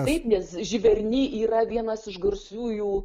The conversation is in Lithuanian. taip nes živerni yra vienas iš garsiųjų